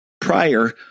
prior